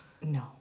No